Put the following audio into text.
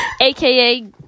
AKA